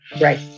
Right